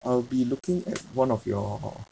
I will be looking at one of your